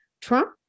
Trump